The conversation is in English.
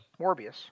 Morbius